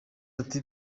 ati